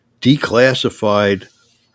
declassified